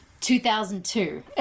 2002